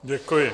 Děkuji.